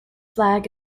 flag